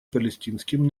палестинским